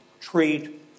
treat